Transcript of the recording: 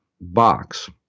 box